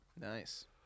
Nice